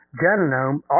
genome